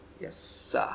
Yes